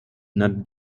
not